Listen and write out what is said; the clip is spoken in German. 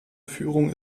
führung